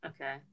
Okay